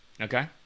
Okay